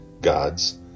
God's